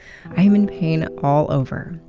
i'm in pain all over,